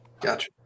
Gotcha